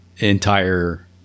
Entire